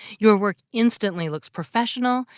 your work instantly looks professional,